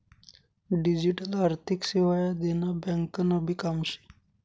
digital आर्थिक सेवा ह्या देना ब्यांकनभी काम शे